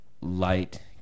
light